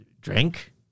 drink